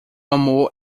amor